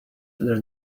their